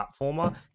platformer